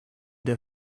der